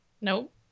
Nope